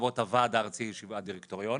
לרבות הוועד הארצי והדירקטוריון.